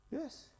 yes